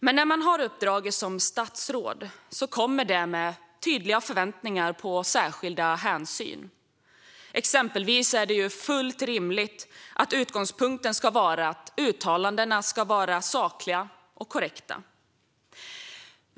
Men med uppdraget som statsråd kommer tydliga förväntningar på särskilda hänsyn. Exempelvis är det fullt rimligt att utgångspunkten ska vara att uttalandena är sakliga och korrekta.